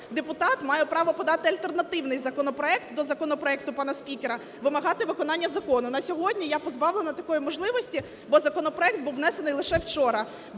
депутат маю право подати альтернативний законопроект до законопроекту пана спікера, вимагати виконання закону. На сьогодні я позбавлена такої можливості, бо законопроект був внесений лише вчора.